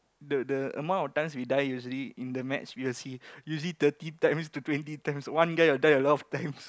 the the amount of times we die usually in a match you will see usually thirty times to twenty times one guy will die a lot of times